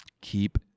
keep